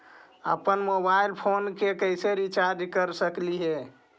अप्पन mobile phone के कैसे रिचार्ज कर सकली हे?